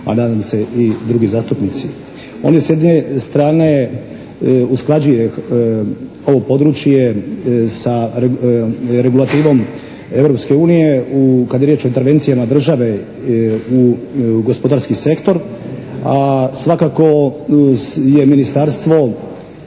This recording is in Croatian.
a nadam se i drugi zastupnici. On s jedne strane usklađuje ovo područje sa regulativom Europske unije kad je riječ o intervencijama države u gospodarski sektor a svakako je ministarstvo